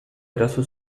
eraso